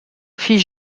fit